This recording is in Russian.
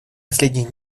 последних